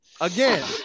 Again